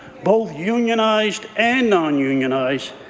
both unionized and non-unionized.